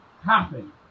happen